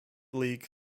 league